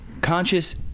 conscious